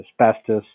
asbestos